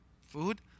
food